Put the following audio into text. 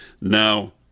now